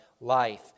life